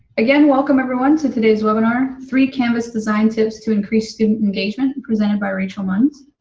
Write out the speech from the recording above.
again, welcome, everyone, to today's webinar, three canvas design tips to increase student engagement, presented by raechel munns.